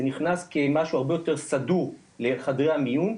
זה נכנס כמשהו הרבה יותר סדור לחדרי המיון,